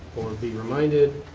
or be reminded,